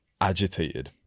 agitated